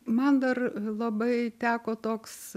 man dar labai teko toks